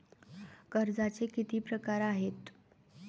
कर्जाचे किती प्रकार आहेत?